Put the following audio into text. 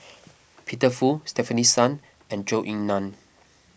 Peter Fu Stefanie Sun and Zhou Ying Nan